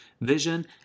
vision